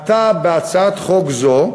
עתה, בהצעת חוק זו,